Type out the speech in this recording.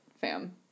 fam